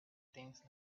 things